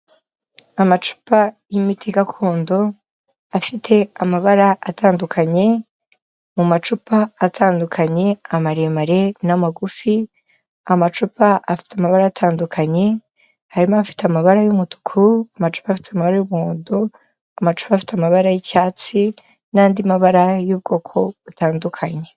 Amacupa y'imiti gakondo, afite amabara atandukanye, mu macupa atandukanye, amaremare n'amagufi, amacupa afite amabara atandukanye, harimo afite amabara y'umutuku, amacupa afite amabara y'umuhondo, amacupa afite amabara y'icyatsi n'andi mabara y'ubwoko butandukanye.